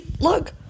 Look